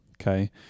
Okay